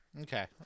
Okay